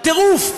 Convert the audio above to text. טירוף,